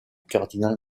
cardinal